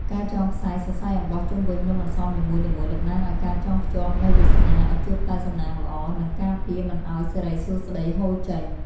ការចងខ្សែសរសៃអំបោះជុំវិញនំអន្សមនីមួយៗតំណាងឱ្យការចងភ្ជាប់នូវវាសនាឱ្យជួបតែសំណាងល្អ និង ការពារមិនឱ្យសិរីសួស្ដីហូរចេញ។